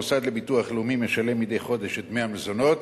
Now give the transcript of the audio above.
המוסד לביטוח לאומי משלם מדי חודש את דמי המזונות,